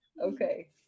Okay